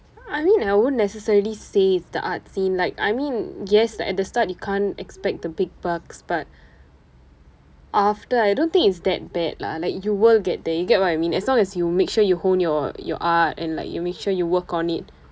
I mean I won't necessarily says the arts scene like I mean yes at the start you can't expect the big bucks but after I don't think it's that bad lah like you will get there you get what you mean as long as you make sure you hone your your art and like you make sure you work on it